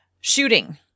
Shooting